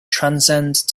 transcend